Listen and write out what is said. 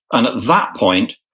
and that point,